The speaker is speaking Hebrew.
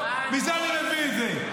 מזה אני מביא את זה.